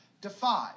defied